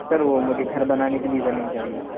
سر وہ مجھے گھر بناننے کے لیے زمین چاہیے